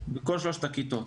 בכל שלושת הכיתות.